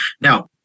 Now